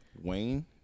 Wayne